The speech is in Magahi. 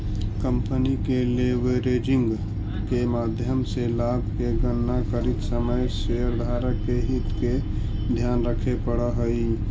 कंपनी के लेवरेजिंग के माध्यम से लाभ के गणना करित समय शेयरधारक के हित के ध्यान रखे पड़ऽ हई